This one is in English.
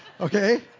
okay